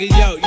yo